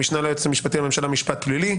המשנה ליועצת המשפטית לממשלה משפט פלילי,